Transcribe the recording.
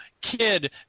kid